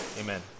Amen